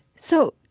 so,